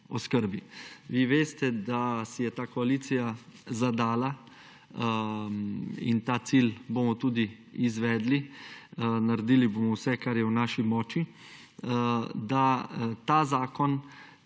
oskrbi. Vi veste, da si je ta koalicija zadala in ta cilj bomo tudi izvedli. Naredili bomo vse, kar je v naši moči, da ta zakon